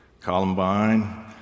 Columbine